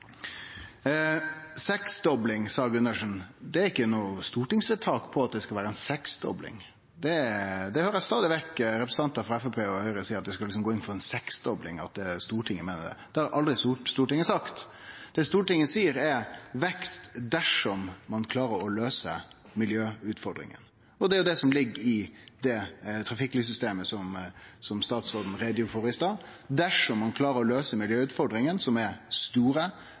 seksdobling, sa Gundersen: Det er ikkje noko stortingsvedtak på at det skal vere ei seksdobling. Eg høyrer stadig vekk representantar frå Framstegspartiet og Høgre seie at Stortinget meiner ein skal gå inn for ei seksdobling. Det har Stortinget aldri sagt. Det Stortinget seier, er: vekst dersom ein klarer å løyse miljøutfordringane. Og det er det som ligg i trafikklyssystemet som statsråden gjorde greie for i stad. Dersom ein klarer å løyse miljøutfordringane, som er store,